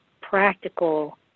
practical